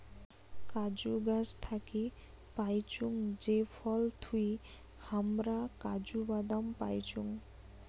কাজু গাছ থাকি পাইচুঙ যে ফল থুই হামরা কাজু বাদাম পাইচুং